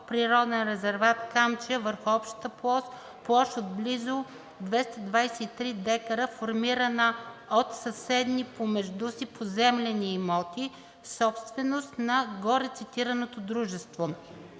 природен резерват „Камчия“ върху обща площ от близо 223 дка, формирана от съседни помежду си поземлени имоти, собственост на горецитираното дружество,